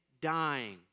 dying